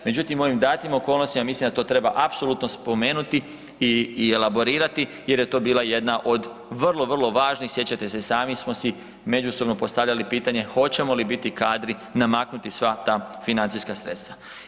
Međutim, u onim datim okolnostima mislim da to treba apsolutno spomenuti i, i elaborirati jer je to bila jedna od vrlo vrlo važnih, sjećate se i sami smo si međusobno postavljali pitanje hoćemo li biti kadri namaknuti sva ta financijska sredstva.